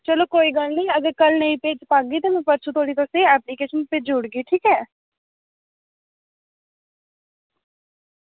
चलो कोई गल्ल निं अगर में तुसेंगी कल्ल नेईं देई पागी ते परसों इक्क एप्लीकेशन भेजी ओड़गी ठीक ऐ